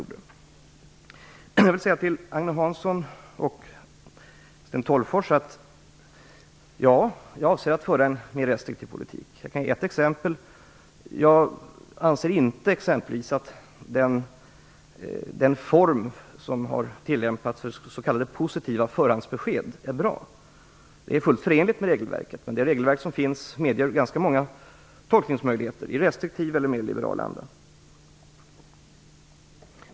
Jag vill säga till Agne Hansson och Sten Tolgfors att jag avser att föra en mer restriktiv politik. Jag kan ge ett exempel. Jag anser inte att den form som har tillämpats för s.k. positiva förhandsbesked är bra. Det är fullt förenligt med regelverket, men detta regelverk medger ganska många tolkningsmöjligheter, i restriktiv eller mer liberal anda.